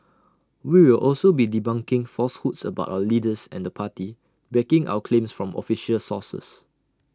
we will also be debunking falsehoods about our leaders and the party backing our claims from official sources